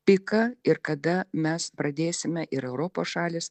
piką ir kada mes pradėsime ir europos šalys